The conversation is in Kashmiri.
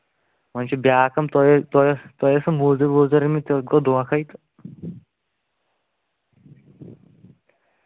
وۄنۍ چھِ بیٛاکھ کٲم تۄہہِ تۄہہِ تۄہہِ ٲسوٕ مٔزوٗرۍ ؤزوٗرۍ أنۍمٕتۍ تیٚلہِ گوٚو دھوکھَے تہٕ